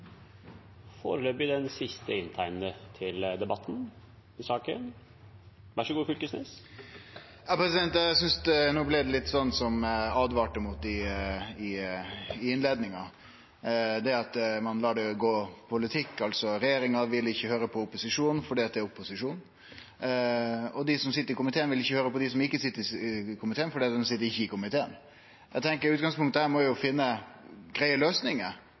No blei det litt sånn som eg åtvara mot i innleiinga, det at ein lèt det gå politikk i dette: Regjeringa vil ikkje høyre på opposisjonen fordi dei er opposisjonen, og dei som sit i komiteen, vil ikkje høyre på dei som ikkje sit i komiteen, fordi dei ikkje sit i komiteen. Utgangspunktet her må jo vere å finne greie løysingar